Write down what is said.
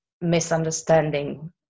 misunderstanding